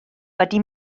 wedi